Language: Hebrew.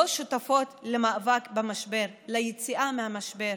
לא שותפות למאבק במשבר, ליציאה מהמשבר,